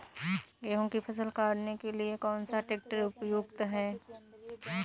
गेहूँ की फसल काटने के लिए कौन सा ट्रैक्टर उपयुक्त है?